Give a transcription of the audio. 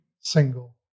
single